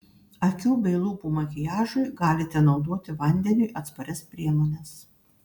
akių bei lūpų makiažui galite naudoti vandeniui atsparias priemones